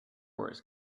wars